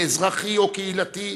אזרחי או קהילתי,